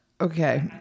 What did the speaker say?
Okay